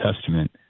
Testament